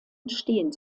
entstehen